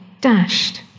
dashed